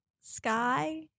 sky